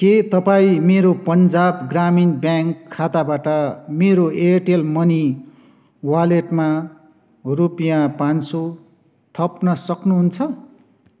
के तपाईँ मेरो पन्जाब ग्रामीण ब्याङ्क खाताबाट मेरो एयरटेल मनी वालेटमा रुपियाँ पाँच सौ थप्न सक्नुहुन्छ